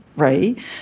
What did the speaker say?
Right